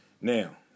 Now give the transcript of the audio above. Now